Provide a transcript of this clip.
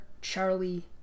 Charlie